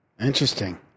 Interesting